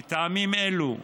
מטעמים אלו,